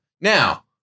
Now